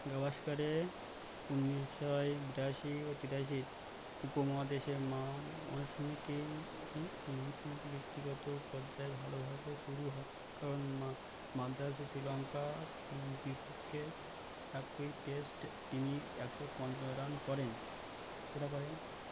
গাভাস্কারের উনিশশো বিরাশি ও তিরাশির উপমহাদেশে মনসম্মত মনসম্মত ব্যক্তিগত পর্যায়ে ভালোভাবে শুরু হয় কারণ মাদ্রাসে শ্রীলঙ্কার বিপক্ষে একই টেস্ট তিনি একশো পঞাশ রান করেন কটা করেন